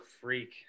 freak